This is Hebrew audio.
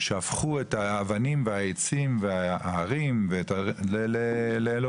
שהפכו את האבנים והעצים וההרים לאלוהות.